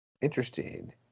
Interesting